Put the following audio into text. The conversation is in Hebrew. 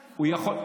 תבדוק,